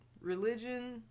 religion